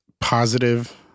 positive